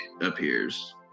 appears